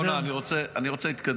עטאונה, אני רוצה להתקדם.